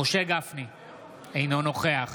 אינו נוכח